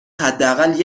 حداقل